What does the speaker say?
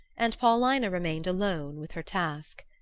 and paulina remained alone with her task.